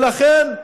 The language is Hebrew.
ולכן,